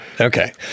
Okay